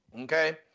okay